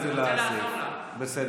אין.